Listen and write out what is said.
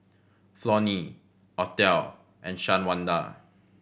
Flonnie Othel and Shawanda